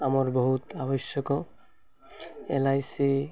ଆମର୍ ବହୁତ ଆବଶ୍ୟକ ଏଲ ଆଇ ସି